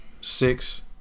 six